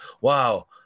wow